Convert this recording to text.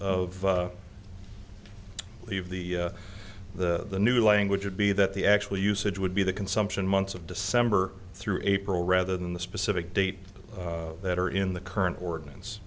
of the of the the new language would be that the actual usage would be the consumption months of december through april rather than the specific date that are in the current ordinance